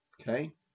okay